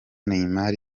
neymar